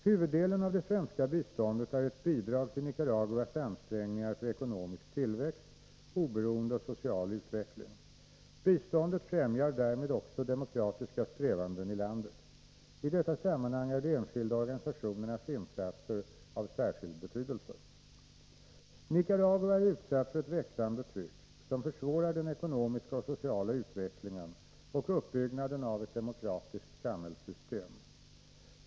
Huvuddelen av det svenska biståndet är ett bidrag till Nicaraguas ansträngningar för ekonomisk tillväxt, oberoende och social utveckling. Biståndet främjar därmed också demokratiska strävanden i landet. I detta sammanhang är de enskilda organisationernas insatser av särskild betydelse. Nicaragua är utsatt för ett växande tryck, som försvårar den ekonomiska och sociala utvecklingen och uppbyggnaden av ett demokratiskt samhällssystem.